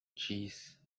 cheese